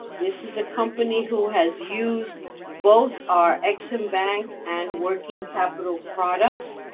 this is a company who has used both our ex-im bank and working capital products.